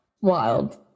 Wild